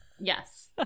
Yes